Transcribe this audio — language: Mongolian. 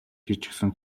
хийчихсэн